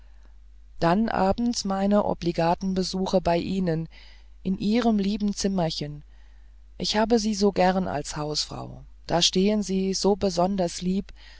dann abends meine obligaten besuche bei ihnen in ihrem lieben zimmerchen ich habe sie so gern als hausfrau das steht ihnen so besonders lieb